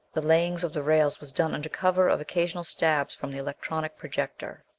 the laying of the rails was done under cover of occasional stabs from the electronic projector.